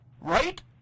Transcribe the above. right